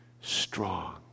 strong